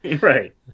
right